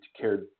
cared